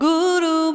Guru